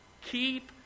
Keep